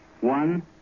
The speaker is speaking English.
One